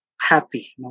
happy